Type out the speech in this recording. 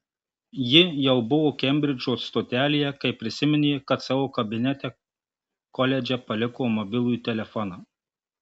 ji jau buvo kembridžo stotelėje kai prisiminė kad savo kabinete koledže paliko mobilųjį telefoną